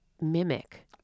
mimic